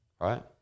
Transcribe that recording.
Right